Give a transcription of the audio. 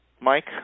mike